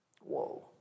Whoa